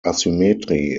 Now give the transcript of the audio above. asymmetry